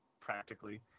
practically